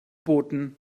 booten